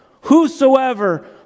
whosoever